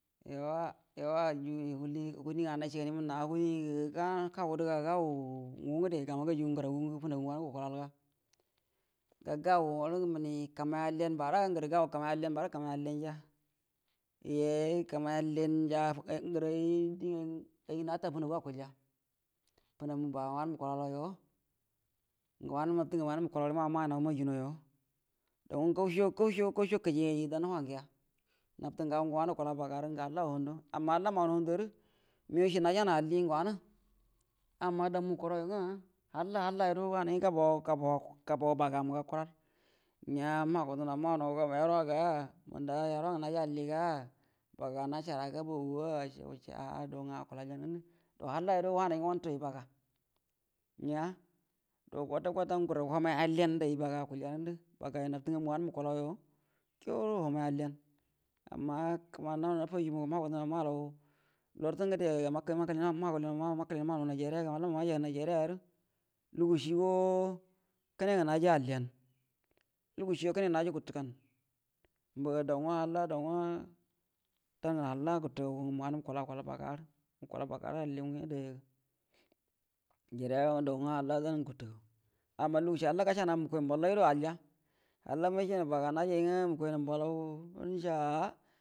Yauwa nacie gani mənna hugulani ngwə gama kagudə ya gau nguda gama ganjuə ngəra gungə wane gukulan rə mənie gərə gaw kamay alliyə ba gəra kamay alliyaja yeh kannay yel jaj die aygə nata fənaga akuəlja fənamu bagangə wanə mukula lauyo wanə larte ngamu ngwə manaw manjunau yo daugə gawuco gawulə kieji ay dan wahan gəa nubte gal ngə wanə wakula baga ngə haka wakula handu, anma hulla mai nau handa arə məgaw cie najanə alligə ngə wanə, amma dau mu kurau yu halla halla guəro huanay gabou baga mungə akulal ngəa mugudə nau maunaw yeswa ga yerwa ngə naji alliga, baga nacəarya gabouguga ah dou nga akulal ja rə ngundu, dou halla yu guəro wahago wantoy ɓaga kwata kwata gərə humay alliyen də ay baga akulja regaŋdun baga nabtɛ ngamunjə wanə murle kulaw yo juurə humay alliya, amma kəmani naw nafajju muga magudənaw mballaw larte ngədə makwa makəle naw maw naw nigeria halla maw majay naw nigeria, lugucie kənengu naji alliyi lugucie kənengu naji gutta, dau halla daugu kəme kuttə gau, wukula baga alliyau ngəa adaya dougə halla dan ngə guttə ngani amma lugu shi gashinəga mukwai mballagu halla gashe naw baga najajal mukə mballau gn nəce ah ah.